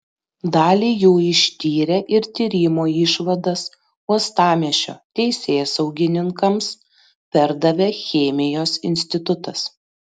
dalį jų ištyrė ir tyrimo išvadas uostamiesčio teisėsaugininkams perdavė chemijos institutas